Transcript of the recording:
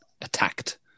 attacked